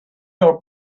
are